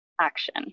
action